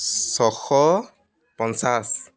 ছয়শ পঞ্চাছ